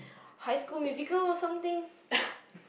high school musical or something